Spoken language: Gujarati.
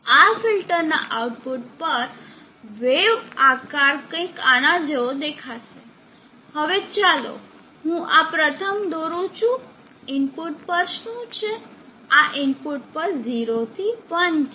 આ ફિલ્ટર ના આઉટપુટ પર વેવ આકાર કંઈક આના જેવો દેખાશે હવે ચાલો હું આ પ્રથમ દોરું છું ઇનપુટ પર શું છે આ ઇનપુટ પર 0 થી 1 છે